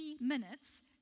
minutes